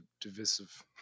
divisive